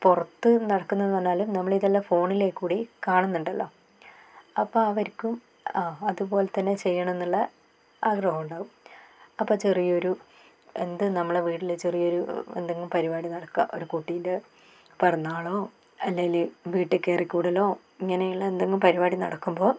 പുറത്ത് നടക്കുന്നതെന്ന് പറഞ്ഞാൽ നമ്മളിതെല്ലാം ഫോണിലേ കൂടി കാണുന്നുണ്ടല്ലോ അപ്പോൾ അവർക്കും അതുപോലെ തന്നെ ചെയ്യണന്നുള്ള ആഗ്രഹം ഉണ്ടാകും അപ്പം ചെറിയൊരു എന്ത് നമ്മുടെ വീട്ടിലൊരു ചെറിയ ഒരു എന്തെങ്കിലും ഒരു പരിപാടി നടക്കുക ഒരു കുട്ടിൻ്റെ പെറന്നാളോ അല്ലെങ്കിൽ വീട്ടിൽക്കയറി കൂടലോ ഇങ്ങനെയുള്ള എന്തെങ്കിലും പരിപാടി നടക്കുമ്പോൾ